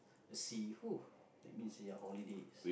a sea that means ya holidays